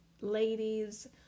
ladies